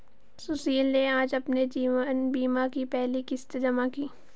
सुशील ने आज अपने जीवन बीमा की पहली किश्त जमा की